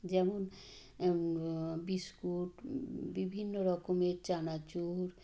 যেমন বিস্কুট বিভিন্ন রকমের চানাচুর